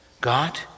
God